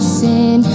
sin